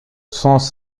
sens